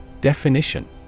Definition